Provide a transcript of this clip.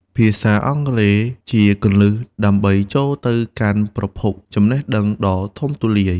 ភាសាអង់គ្លេសជាគន្លឹះដើម្បីចូលទៅកាន់ប្រភពចំណេះដឹងដ៏ធំទូលាយ។